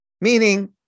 meaning